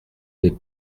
n’est